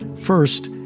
First